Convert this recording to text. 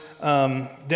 Down